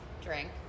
Drink